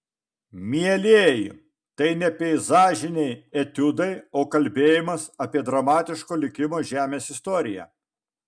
mielieji tai ne peizažiniai etiudai o kalbėjimas apie dramatiško likimo žemės istoriją